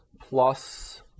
plus